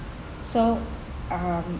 so um